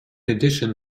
addition